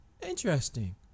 interesting